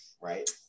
Right